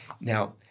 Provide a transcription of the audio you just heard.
now